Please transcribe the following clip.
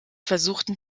versuchten